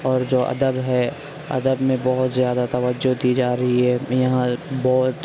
اور جو ادب ہے ادب میں بہت زیادہ توجہ دی جا رہی ہے یہاں بہت